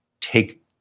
take